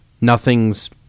Nothing's